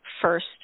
first